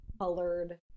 colored